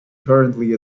currently